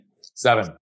Seven